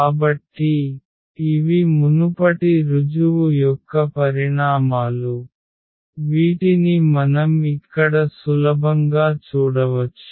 కాబట్టి ఇవి మునుపటి రుజువు యొక్క పరిణామాలు వీటిని మనం ఇక్కడ సులభంగా చూడవచ్చు